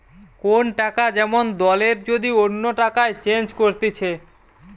কোন টাকা যেমন দলের যদি অন্য টাকায় চেঞ্জ করতিছে